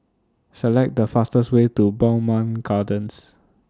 Select The fastest Way to Bowmont Gardens